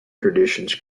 traditions